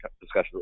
discussion